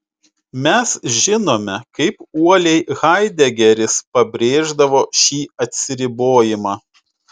mes žinome kaip uoliai haidegeris pabrėždavo šį atsiribojimą